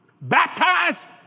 baptize